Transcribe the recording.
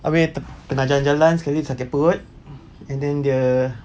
abeh te~ tengah jalan-jalan sekali sakit perut and the dia